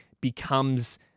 becomes